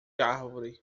árvore